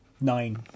nine